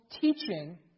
teaching